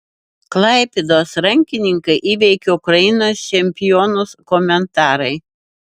klaipėdos rankininkai įveikė ukrainos čempionus komentarai